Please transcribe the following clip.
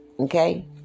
Okay